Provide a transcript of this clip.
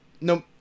no